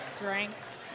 Drinks